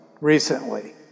recently